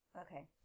Okay